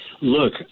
look